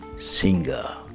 singer